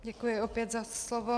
Děkuji opět za slovo.